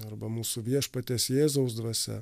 arba mūsų viešpaties jėzaus dvasia